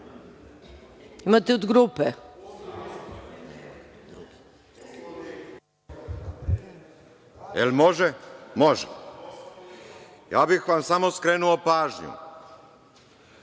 Imate od grupe.